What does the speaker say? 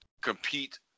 compete